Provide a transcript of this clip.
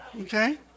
Okay